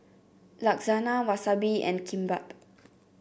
Lasagna Wasabi and Kimbap